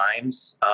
times